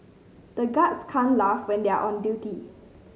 the guards can't laugh when they are on duty